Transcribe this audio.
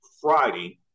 Friday